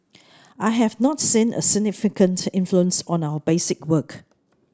I have not seen a significant influence on our basic work